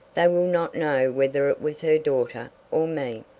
they will not know whether it was her daughter, or me.